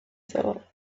thought